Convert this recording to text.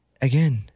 Again